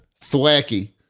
Thwacky